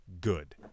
good